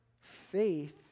faith